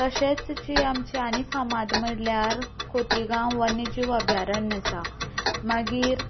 तशेंच जी आमचें आनी फामाद म्हणल्यार खोतिगांव वन्यजीव अभ्यारण आसा मागीर